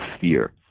fear